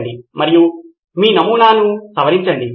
కాబట్టి మొదటి దశలో మీరు చేసిన పనులను సవరించుకుందాం